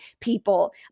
people